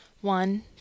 One